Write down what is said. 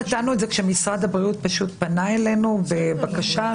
נתנו את זה כשמשרד הבריאות פנה אלינו בבקשה.